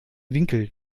winkel